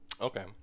okay